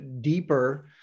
deeper